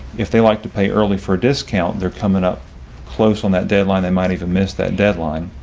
if they like to pay early for a discount, they're coming up close on that deadline. they might even miss that deadline.